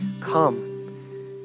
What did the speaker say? come